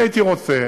אני הייתי רוצה,